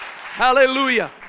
Hallelujah